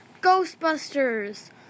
Ghostbusters